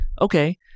okay